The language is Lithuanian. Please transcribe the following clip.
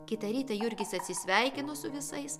kitą rytą jurgis atsisveikino su visais